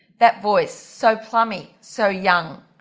that voice, so plumby, so young,